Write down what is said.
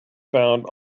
found